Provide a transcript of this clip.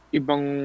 ibang